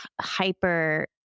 hyper